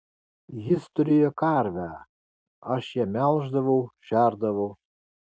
jis turėjo karvę aš ją melždavau šerdavau